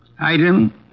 Item